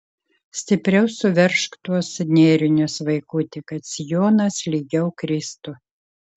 stipriau suveržk tuos nėrinius vaikuti kad sijonas lygiau kristų